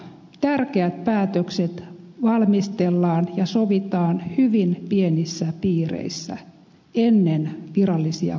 tärkeät päätökset valmistellaan ja sovitaan hyvin pienissä piireissä ennen virallisia kokouksia